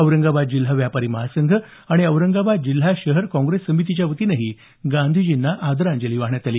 औरंगाबाद जिल्हा व्यापारी महासंघ आणि औरंगाबाद जिल्हा शहर काँग्रेस समितीच्या वतीनंही गांधीजींना आदरांजली वाहण्यात आली